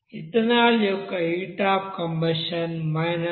ethanol యొక్క heat of combustion 1366